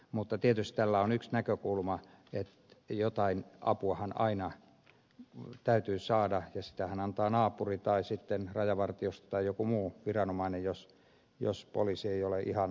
mutta tietysti tällä on yksi näkökulma että jotain apuahan aina täytyy saada ja sitähän antaa naapuri tai sitten rajavartiosto tai joku muu viranomainen jos poliisi ei ole ihan lähellä